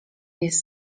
jest